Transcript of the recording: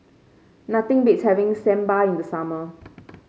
nothing beats having Sambar in the summer